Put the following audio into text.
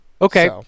Okay